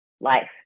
life